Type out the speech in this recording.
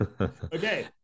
Okay